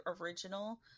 original